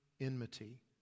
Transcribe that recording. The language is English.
enmity